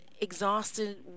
exhausted